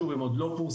שוב הם עוד לא פורסמו,